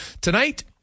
Tonight